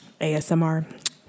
ASMR